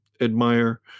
admire